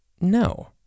No